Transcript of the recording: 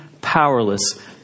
powerless